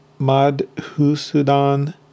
Madhusudan